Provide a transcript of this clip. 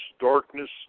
darkness